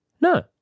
No